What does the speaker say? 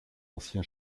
ancien